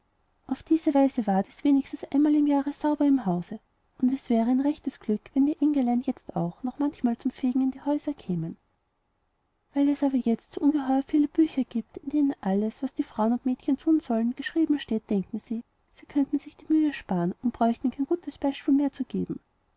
auf diese weise ward es wenigstens einmal im jahre sauber im hause und es wäre ein rechtes glück wenn die engelein jetzt auch noch manchmal zum fegen in die häuser kämen weil es aber jetzt so ungeheuer viele bücher gibt in denen alles was die frauen und mädchen tun sollen geschrieben steht denken sie sie könnten sich die mühe sparen und brauchten kein gutes beispiel mehr zu geben